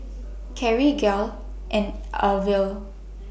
Carri Gayle and Elvia